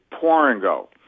pour-and-go